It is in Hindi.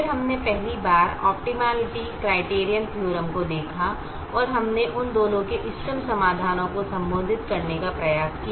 फिर हमने पहली बार ऑप्टिमलिटी क्राइटीरीअन थीअरम को देखा और हमने उन दोनों के इष्टतम समाधानों को संबंधित करने का प्रयास किया